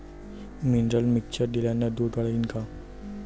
Mineral mixture दिल्यानं दूध वाढीनं का?